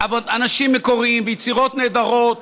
אנשים מקוריים ויצירות נהדרות